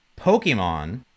pokemon